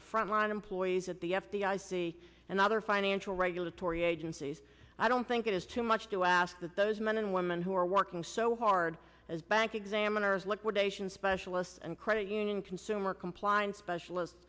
the front line employees at the f b i see and other financial regulatory age i don't think it is too much to ask that those men and women who are working so hard as bank examiners liquidation specialists and credit union consumer compliance specialist